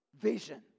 Vision